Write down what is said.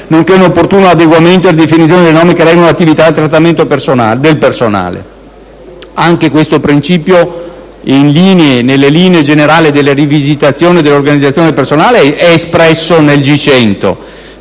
nonché un opportuno adeguamento e definizione delle norme che regolano l'attività e il trattamento del personale. Anche tale principio della rivisitazione dell'organizzazione del personale è espresso nelle